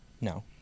No